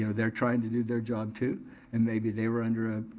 you know they're trying to do their job too and maybe they were under a